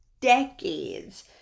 decades